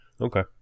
okay